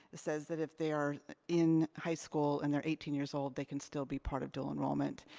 it says that if they are in high school and they're eighteen years old they can still be part of dual enrollment.